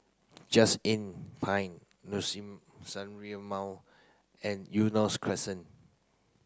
Just Inn Pine Liuxun and Eunos Crescent